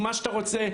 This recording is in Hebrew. עם מה שאתה רוצה,